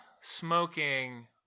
smoking